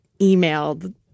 emailed